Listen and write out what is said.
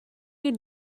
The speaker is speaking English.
you